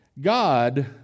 God